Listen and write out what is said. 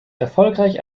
erfolgreich